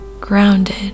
grounded